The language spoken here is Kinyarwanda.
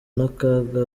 n’akaga